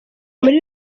muri